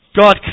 God